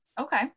okay